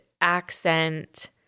accent